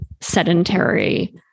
sedentary